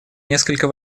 несколько